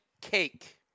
Cake